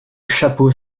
chapeau